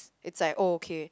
it's like okay